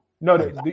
no